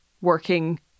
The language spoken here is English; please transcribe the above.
working